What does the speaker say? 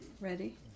Ready